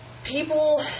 People